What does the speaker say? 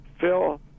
Phil